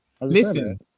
Listen